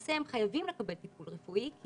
כשלמעשה הם חייבים לקבל טיפול רפואי כי